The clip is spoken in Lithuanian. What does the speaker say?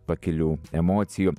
pakilių emocijų